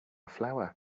flower